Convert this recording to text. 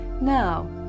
Now